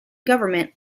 government